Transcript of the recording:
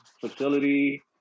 facility